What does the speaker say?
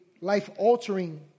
life-altering